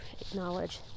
acknowledge